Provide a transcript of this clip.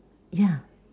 ya